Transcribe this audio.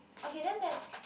okay then that